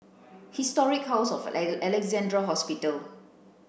Historic House of Alexandra Hospital